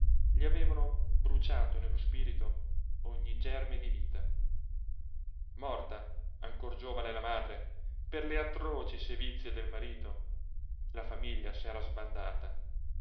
gli avevano bruciato nello spirito ogni germe di vita morta ancor giovane la madre per le atroci sevizie del marito la famiglia s'era sbandata